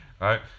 Right